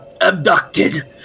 abducted